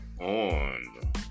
on